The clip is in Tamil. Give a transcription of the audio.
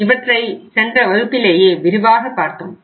இவற்றை சென்ற வகுப்பிலேயே விரிவாக பார்த்தோம்